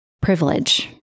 privilege